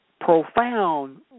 profound